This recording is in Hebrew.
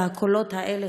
והקולות האלה,